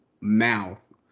mouth